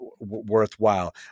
worthwhile